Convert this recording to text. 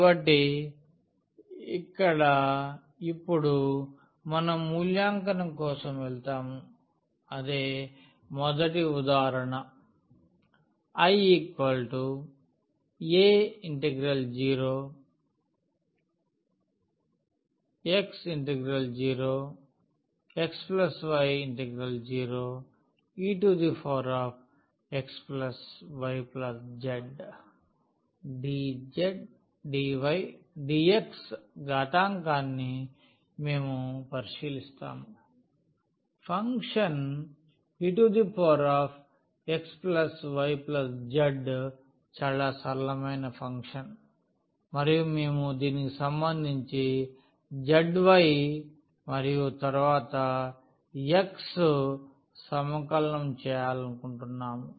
కాబట్టి ఇక్కడ ఇప్పుడు మనం మూల్యాంకనం కోసం వెళ్తాము అదే మొదటి ఉదాహరణ I 0a0x0x yex y zdz dy dx ఘాతాంకాన్నిమేము పరిశీలిస్తాము ఫంక్షన్ ex y z చాలా సరళమైన ఫంక్షన్ మరియు మేము దీనికి సంబంధించి zy మరియు తరువాత x సమకలనం చేయాలని అనుకుంటున్నాము